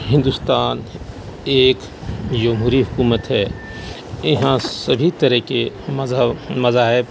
ہندوستان ایک جمہوری حکومت ہے یہاں سبھی طرح کے مذہب مذاہب